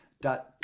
Dot